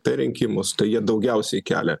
per rinkimus tai jie daugiausiai kelia